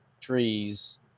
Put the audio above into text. trees